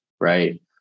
right